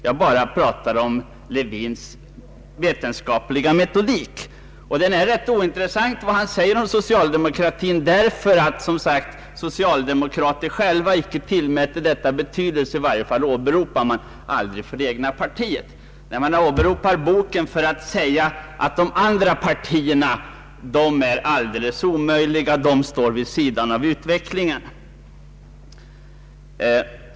Jag pratar bara om Lewins vetenskapliga metodik, och den är rätt ointressant när det gäller socialdemokratin, eftersom socialdemokraterna själva tydligen inte tillmäter hans yttranden någon större betydelse; i varje fall åberopar man dem sällan för det egna partiet. Men man åberopar boken för att säga att de andra partierna är alldeles omöjliga, att de står vid sidan av utvecklingen.